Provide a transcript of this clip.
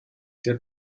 der